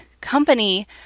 company